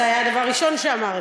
זה היה הדבר הראשון שאמרתי.